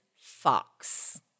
Fox